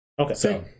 Okay